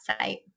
site